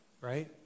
right